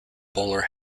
bowler